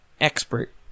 expert